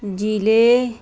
ਜ਼ਿਲ੍ਹੇ